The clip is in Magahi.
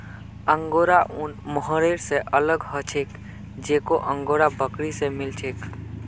अंगोरा ऊन मोहैर स अलग ह छेक जेको अंगोरा बकरी स मिल छेक